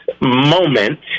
moment